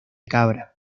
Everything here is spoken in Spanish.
cabra